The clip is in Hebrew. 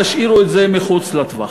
תשאירו את זה מחוץ לטווח.